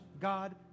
God